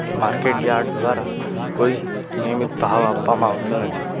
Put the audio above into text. market yard દ્વારા કોઈ નિયમિત ભાવ આપવામાં આવતો નથી